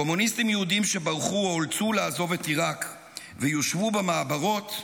קומוניסטים יהודים שברחו או אולצו לעזוב את עיראק ויושבו במעברות,